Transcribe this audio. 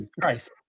Christ